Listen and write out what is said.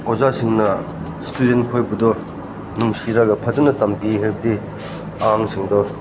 ꯑꯣꯖꯥꯁꯤꯡꯅ ꯏꯁꯇꯨꯗꯦꯟꯈꯣꯏꯕꯨꯗꯣ ꯅꯨꯡꯁꯤꯔꯒ ꯐꯖꯅ ꯇꯝꯕꯤꯔꯗꯤ ꯑꯉꯥꯡꯁꯤꯡꯗꯣ